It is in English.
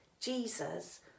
Jesus